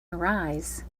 arise